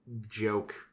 joke